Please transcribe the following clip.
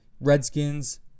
redskins